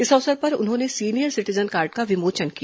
इस अवसर पर उन्होंने सीनियर सिटीजन कार्ड का विमोचन किया